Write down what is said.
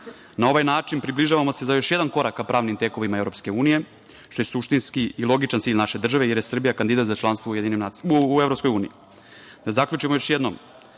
Na ovaj način približavamo se za još jedan korak ka pravnim tekovinama Evropske unije, što je suštinski i logičan cilj naše države, jer je Srbija kandidat za članstvo u Evropskoj uniji. Da zaključimo još jednom,